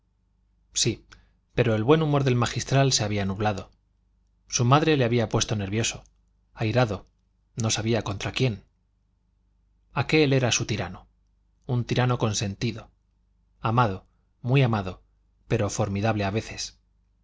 sí pero el buen humor del magistral se había nublado su madre le había puesto nervioso airado no sabía contra quién aquel era su tirano un tirano consentido amado muy amado pero formidable a veces